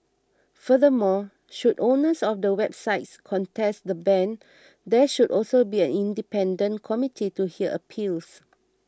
furthermore should owners of the websites contest the ban there should also be an independent committee to hear appeals